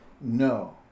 No